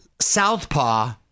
southpaw